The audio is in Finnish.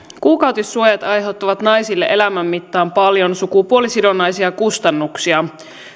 kuukautissuojat aiheuttavat naisille elämän mittaan paljon sukupuolisidonnaisia kustannuksia